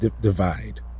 divide